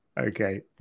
Okay